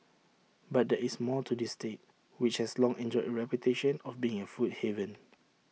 but there is more to this state which has long enjoyed A reputation of being A food haven